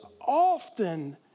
often